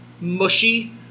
mushy